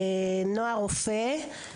נועה רופא,